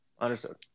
Understood